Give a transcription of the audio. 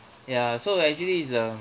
ya so actually it's uh